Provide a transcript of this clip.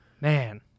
Man